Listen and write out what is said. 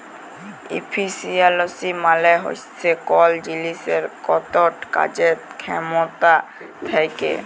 ইফিসিয়ালসি মালে হচ্যে কল জিলিসের কতট কাজের খ্যামতা থ্যাকে